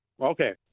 Okay